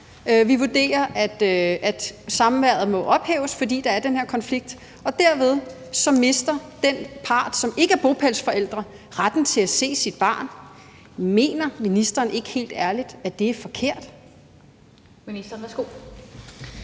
vi vurderer, at samværet må ophæves, fordi der er den her konflikt. Derved mister den part, som ikke er bopælsforælder, retten til at se sit barn. Mener ministeren helt ærligt ikke, at det er forkert? Kl. 14:39 Den fg.